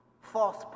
false